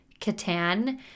Catan